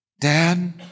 Dad